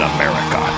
America